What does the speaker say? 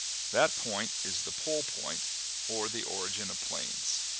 that point is the pole point or the origin of planes.